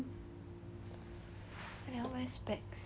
never wear specs